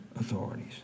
authorities